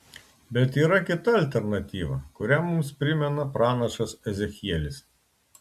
bet yra kita alternatyva kurią mums primena pranašas ezechielis